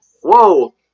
Whoa